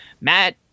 Matt